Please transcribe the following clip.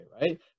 right